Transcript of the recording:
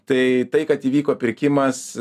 tai tai kad įvyko pirkimas